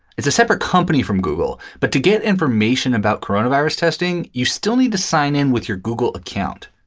it's a separate company from google. but to get information about corona virus testing, you still need to sign in with your google account